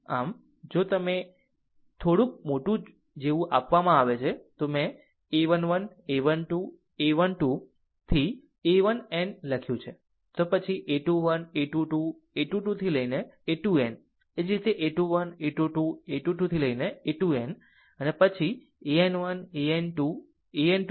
આમ જો તે થોડુંક મોટું જેવું આપવામાં આવે તો મેં a 1 1 a 1 2 a 1 2 સુધી a 1n લખ્યું છે તો પછી a 21 a 2 2 a 2 2 સુધી a 2n એ જ રીતે a 2 1 a 2 2 a 2 2 સુધી a 2n અને પછી an 1 an 2 an 2 સુધી